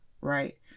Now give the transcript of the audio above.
Right